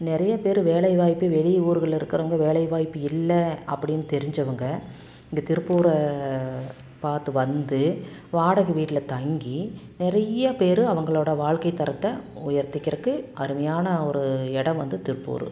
நிறைய பேர் வேலைவாய்ப்பு வெளி ஊர்கள்ல இருக்கிறவங்க வேலைவாய்ப்பு இல்லை அப்படின்னு தெரிஞ்சவங்கள் இங்கே திருப்பூரை பார்த்து வந்து வாடகை வீட்டில தங்கி நிறைய பேர் அவங்களோட வாழ்க்கை தரத்தை உயர்த்திக்கிறதுக்கு அருமையான ஒரு இடம் வந்து திருப்பூர்